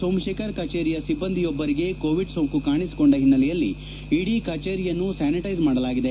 ಸೋಮಶೇಖರ್ ಕಚೇರಿಯ ಸಿಬ್ಲಂದಿಯೊರ್ವರಿಗೆ ಕೋವಿಡ್ ಸೋಂಕು ಕಾಣಿಸಿಕೊಂಡ ಹಿನ್ನಲೆಯಲ್ಲಿ ಇಡೀ ಕಚೇರಿಯನ್ನು ಸ್ನಾನಿಟ್ಟೆಸ್ ಮಾಡಲಾಗಿದೆ